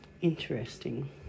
interesting